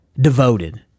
devoted